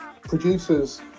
producers